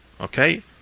Okay